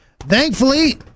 Thankfully